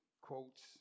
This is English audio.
quotes